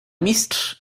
mistrz